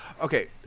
Okay